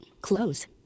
close